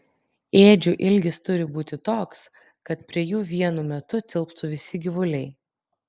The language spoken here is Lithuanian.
ėdžių ilgis turi būti toks kad prie jų vienu metu tilptų visi gyvuliai